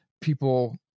people